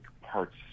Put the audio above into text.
parts